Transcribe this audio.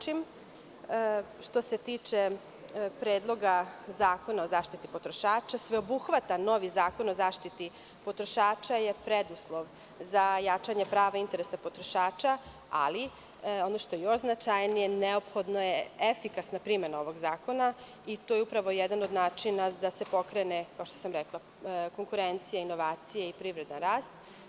Što se tiče Predloga zakona o zaštiti potrošača, sveobuhvatno, ovaj zakon o zaštiti potrošača je preduslov za jačanje prava i interesa potrošača, ali, ono što je jošznačajnije, neophodna je efikasna primena ovog zakona i to je upravo jedan od načina da se pokrene konkurencija, inovacije i privredni rast.